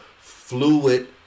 fluid